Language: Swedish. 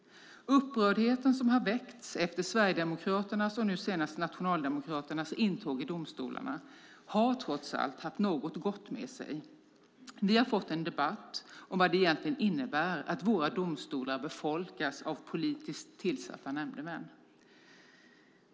Upprördheten som har väckts efter Sverigedemokraternas och nu senast Nationaldemokraternas intåg i domstolarna har trots allt haft något gott med sig. Vi har fått en debatt om vad det egentligen innebär att våra domstolar befolkas av politiskt tillsatta nämndemän.